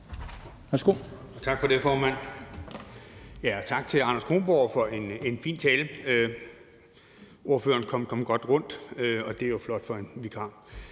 Tak for det, formand. Og tak til Anders Kronborg for en fin tale. Ordføreren kom godt rundt, og det er jo flot for en vikar.